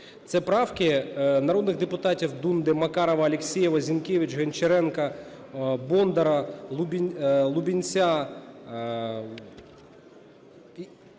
Це правки народних депутатів Дунди, Макарова, Алєксєєва, Зінкевич, Гончаренка, Бондаря, Лубінця